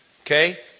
Okay